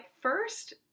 first